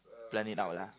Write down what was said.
plan it out lah